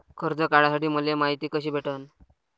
कर्ज काढासाठी मले मायती कशी भेटन?